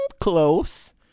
close